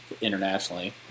internationally